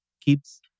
keeps